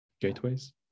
gateways